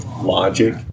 logic